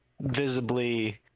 visibly